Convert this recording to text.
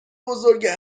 بزرگه